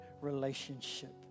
relationship